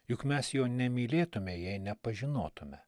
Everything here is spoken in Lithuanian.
juk mes jo nemylėtume jei nepažinotume